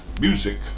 Music